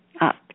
up